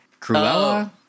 Cruella